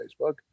Facebook